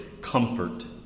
comfort